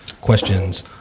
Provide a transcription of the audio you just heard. questions